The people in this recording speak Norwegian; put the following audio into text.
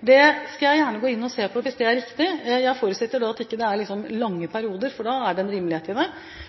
Det skal jeg gjerne gå inn og se på hvis det er riktig. Jeg forutsetter da at det ikke er lange perioder, for da er det en rimelighet i det.